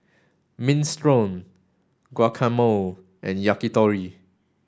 Minestrone Guacamole and Yakitori